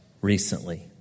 recently